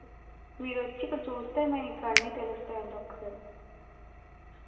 మీరొచ్చి ఇక్కడ చూస్తే మీకన్నీ తెలుస్తాయి అండి ఒకసారి